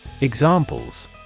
Examples